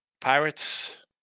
Pirates